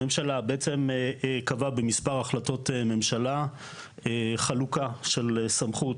הממשלה בעצם קבעה במספר החלטות ממשלה חלוקה של סמכות,